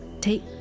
take